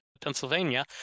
Pennsylvania